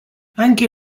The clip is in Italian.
anche